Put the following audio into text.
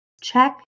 Check